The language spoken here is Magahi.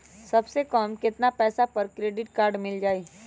सबसे कम कतना पैसा पर क्रेडिट काड मिल जाई?